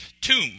tomb